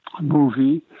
movie